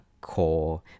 core